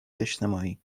اجتماعی